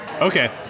Okay